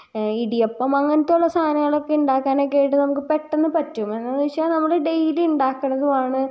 ഇടിയപ്പം അങ്ങനത്തെ ഉള്ള സാധങ്ങൾ ഒക്കെ ഉണ്ടാക്കാനൊക്കെ ആയിട്ട് നമുക്ക് പെട്ടന്ന് പറ്റും എന്നന്ന് വെച്ചാൽ നമ്മള് ഡെയിലി ഉണ്ടാക്കുന്നതുമാണ്